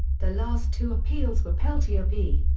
the last two appeals were peltier v.